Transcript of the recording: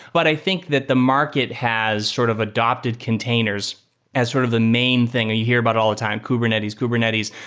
but i think that the market has sort of adapted containers as sort of the main thing. you hear about all the time, kubernetes, kubernetes.